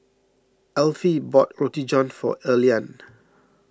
Alfie bought Roti John for Earlean